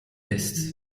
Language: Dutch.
best